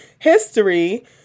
history